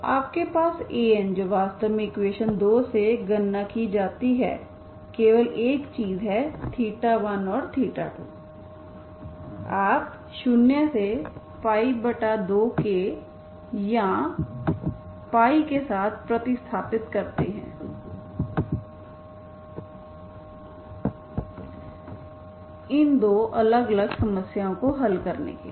तो आपके पास An जो वास्तव में eq2से गणना की जाती है केवल एक चीज है 1 और 2 आप 0 से 2 के या के साथ प्रतिस्थापित करते हैं इन दो अलग अलग समस्याओं को हल करने के लिए